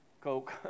Coke